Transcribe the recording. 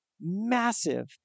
massive